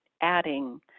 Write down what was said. adding